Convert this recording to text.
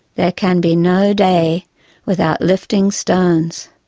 there can be no day without lifting stones.